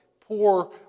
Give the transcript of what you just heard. poor